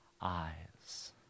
eyes